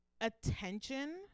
attention